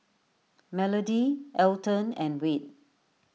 Melody Alton and Wade